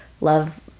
love